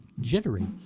jittery